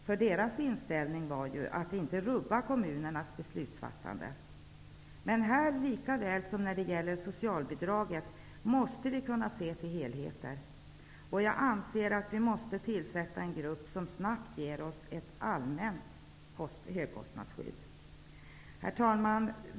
Kommitténs inställning var ju att inte rubba kommunernas rätt till att fatta beslut. Men här, lika väl som när det gäller socialbidraget, måste vi kunna se till helheten. Jag anser att vi måste tillsätta en utredning som snabbt ger oss ett förslag till ett allmänt högkostnadsskydd. Herr talman!